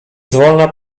wolna